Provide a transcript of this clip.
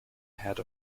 head